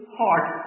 heart